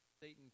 Satan